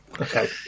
Okay